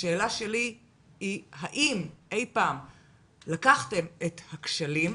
השאלה שלי היא האם אי פעם לקחתם את הכשלים,